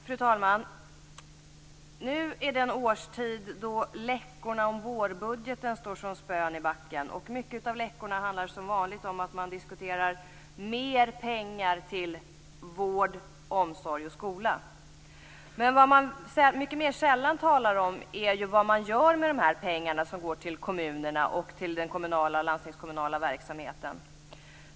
Fru talman! Nu är den årstid då läckorna om vårbudgeten står som spön i backen. Mycket av läckorna handlar som vanligt om att man diskuterar mer pengar till vård, omsorg och skola. Men vad man mycket mer sällan talar om är vad man gör med dessa pengar som går till kommunerna och den kommunala och landstingskommunala verksamheten.